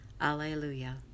Alleluia